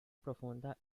profunda